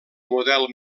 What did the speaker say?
model